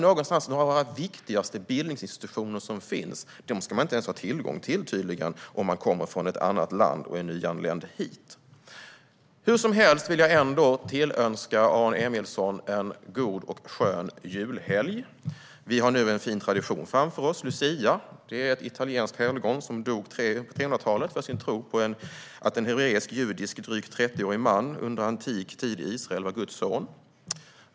En av de viktigaste bildningsinstitutioner som vi har ska man visst inte ha tillgång till om man kommer från ett annat land och är nyanländ i Sverige. Jag vill trots allt tillönska Aron Emilsson en god och skön julhelg. Vi har en fin tradition framför oss, nämligen lucia. Lucia är ett italienskt helgon som dog på 300-talet för sin tro på att en hebreisk-judisk drygt 30-årig man under antik tid i Israel var Guds son.